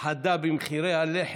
חדה במחירי הלחם,